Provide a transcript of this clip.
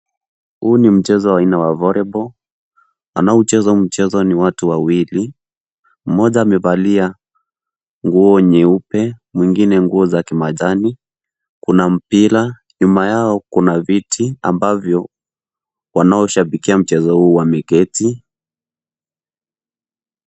Huu ni mchezo wa aina ya volleyball , wanaocheza huu mchezo ni watu wawili mmoja amevalia nguo nyeupe mwengine nguo za kimajani, kuna mpira, nyuma yao kuna viti ambavyo wanaoshabikia mchezo huu wameketi.